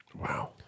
Wow